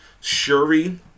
Shuri